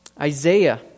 Isaiah